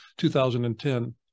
2010